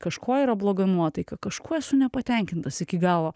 kažko yra bloga nuotaika kažkuo esu nepatenkintas iki galo